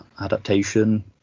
adaptation